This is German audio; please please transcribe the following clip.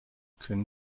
können